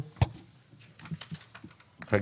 אני